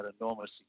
enormous